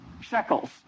shekels